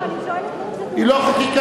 לא, אני שואלת, היא לא חקיקה.